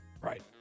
Right